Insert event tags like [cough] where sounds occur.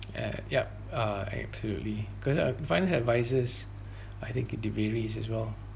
eh yup uh absolutely going to financial advisors [breath] I think it uh varies as well